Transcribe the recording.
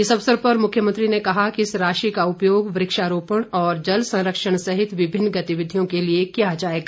इस अवसर पर मुख्यमंत्री ने कहा कि इस राशि का उपयोग वृक्षारोपण और जल संरक्षण सहित विभिन्न गतिविधियों के लिए किया जाएगा